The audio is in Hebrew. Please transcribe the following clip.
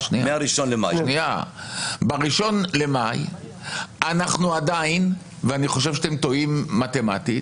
ב-1 במאי אנחנו עדיין ואני חושב שאתם טועים מתמטית